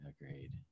agreed